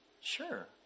Sure